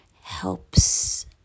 helps